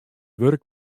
wurk